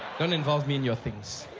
don't involve me in your things.